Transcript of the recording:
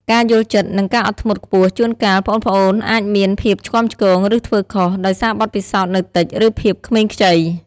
ការយល់ចិត្ត និងការអត់ធ្មត់ខ្ពស់ ជួនកាល ប្អូនៗអាចមានភាពឆ្គាំឆ្គង ឬធ្វើខុស ដោយសារបទពិសោធន៍នៅតិច ឬភាពក្មេងខ្ចី។